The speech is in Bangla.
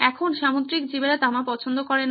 এখন সামুদ্রিক জীবেরা তামা পছন্দ করে না